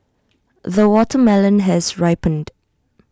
the watermelon has ripened